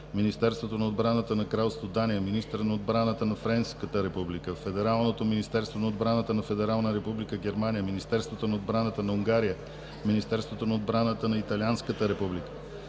Министерството на отбраната на Кралство Дания, министъра на отбрана на Френската република, Федералното министерство на отбраната на Федерална република Германия, Министерството на отбраната на Унгария, Министерството на отбраната на Италианската република,